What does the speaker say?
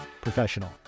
professional